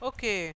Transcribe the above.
Okay